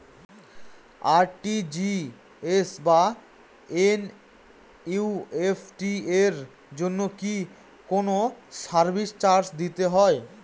RTGS বা NEFT এর জন্য কি কোনো সার্ভিস চার্জ দিতে হয়?